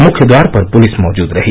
मुख्य द्वार पर पुलिस मौजूद रही